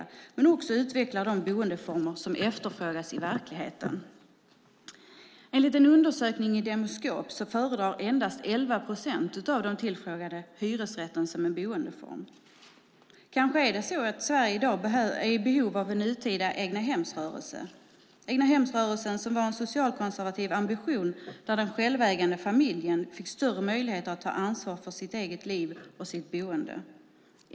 Det gäller också att utveckla de boendeformer som efterfrågas i verkligheten. Enligt en undersökning från Demoskop föredrar endast 11 procent av de tillfrågade hyresrätten som boendeform. Kanske är det så att Sverige i dag är i behov av en nutida egnahemsrörelse. Egnahemsrörelsen var en socialkonservativ ambition där den självägande familjen fick större möjligheter att ta ansvar för sitt eget liv och sitt boende.